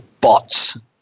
bots